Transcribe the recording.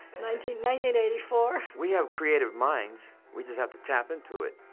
nineteen nineteen eighty-four. we have creative minds we just have to tap into it.